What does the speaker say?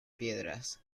piedras